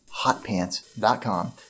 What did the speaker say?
Hotpants.com